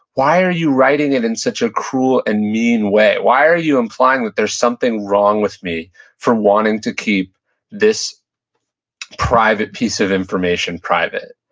why are you writing it in such a cruel and mean way? why are you implying that there's something wrong with me for wanting to keep this private piece of information private?